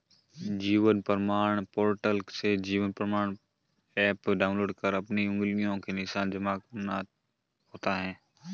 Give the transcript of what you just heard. जीवन प्रमाण पोर्टल से Jeevan Pramaan app download कर अपनी उंगलियों के निशान जमा करना होता है